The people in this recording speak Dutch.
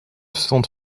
stond